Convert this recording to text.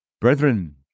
Brethren